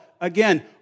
Again